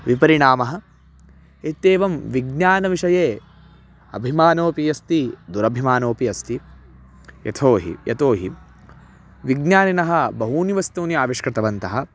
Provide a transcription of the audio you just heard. विपरिणामः इत्येवं विज्ञानविषये अभिमानोऽपि अस्ति दुरभिमानोऽपि अस्ति यथोहि यतोहि विज्ञानिनः बहूनि वस्तूनि आविष्कृतवन्तः